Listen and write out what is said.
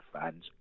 fans